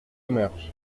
émergent